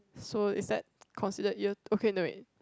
so is that considered year okay no wait